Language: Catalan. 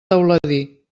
teuladí